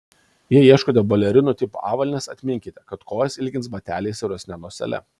jei ieškote balerinų tipo avalynės atminkite kad kojas ilgins bateliai siauresne nosele